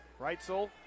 Reitzel